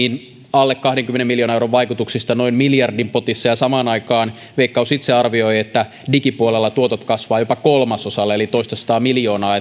alle kahdenkymmenen miljoonan euron vaikutuksista noin miljardin potissa samaan aikaan veikkaus itse arvioi että digipuolella tuotot kasvavat jopa kolmasosalla eli toistasataa miljoonaa